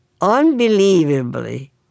Unbelievably